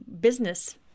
business